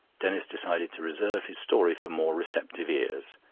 denis decided to reserve his story for more receptive ears.